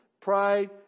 pride